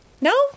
No